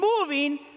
moving